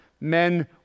men